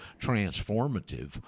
transformative